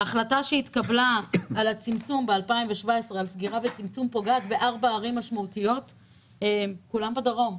ההחלטה שהתקבלה על הצמצום ב-2017 פוגעת בארבע ערים שכולן בדרום.